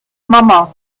mama